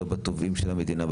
לא בתובעים של המדינה,